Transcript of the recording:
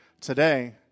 today